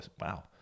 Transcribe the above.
wow